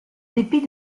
dépit